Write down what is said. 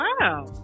wow